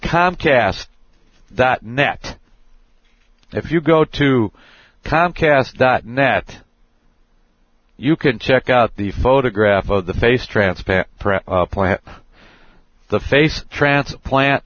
comcast dot net if you go to contest dot net you can check out the photograph of the face transplant